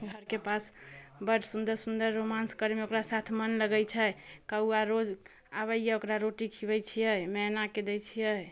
घरके पास बड़ सुन्दर सुन्दर रोमाञ्च करेमे ओकरा साथ मन लगै छै कौआ रोज आबैये ओकरा रोटी खीअबै छियै मैनाके दै छियै